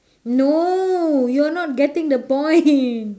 no you're not getting the point